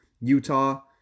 Utah